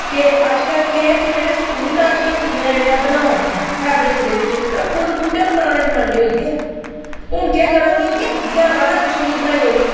के अजकल केह् ऐ कि जेह्ड़े सूट अजकल कुड़ियां जेह्ड़ियां बनादियां फेब्रिक दे एह् फुल्ल बूह्टे हून पराने जमाने होई गे हून केह् करां दियां कि जि'यां राधा कृष्ण दी बनाई ओड़ी